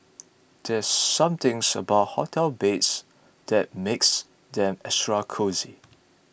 there's some things about hotel beds that makes them extra cosy